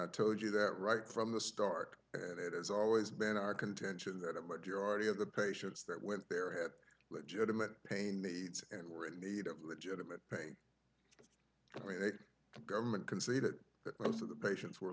i told you that right from the start and it has always been our contention that a majority of the patients that went there had legitimate pain needs and were need of legitimate government conceded that most of the patients were